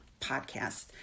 Podcast